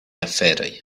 aferoj